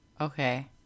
okay